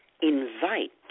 invite